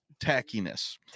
tackiness